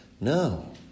No